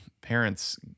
parents